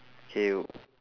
K